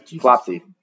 Flopsy